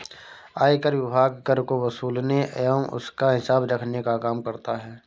आयकर विभाग कर को वसूलने एवं उसका हिसाब रखने का काम करता है